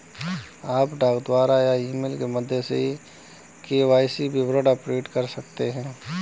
आप डाक द्वारा या ईमेल के माध्यम से के.वाई.सी विवरण अपडेट कर सकते हैं